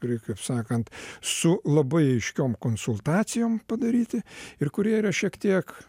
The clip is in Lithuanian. prie kaip sakant su labai aiškiom konsultacijom padaryti ir kurie yra šiek tiek